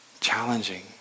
challenging